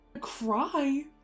cry